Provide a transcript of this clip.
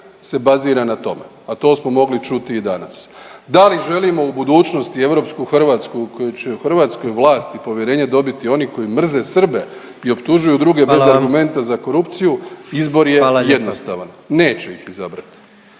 se bazira na tome, a to smo mogli čuti i danas. Da li želimo u budućnosti europsku hrvatsku u kojoj će u Hrvatskoj vlast i povjerenje dobiti oni koji mrze Srbe i optužuju druge … .../Upadica: Hvala vam./... bez argumenta za korupciju, izbor je … .../Upadica: Hvala